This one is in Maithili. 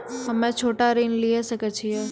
हम्मे छोटा ऋण लिये सकय छियै?